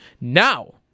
Now